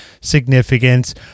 significance